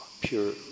pure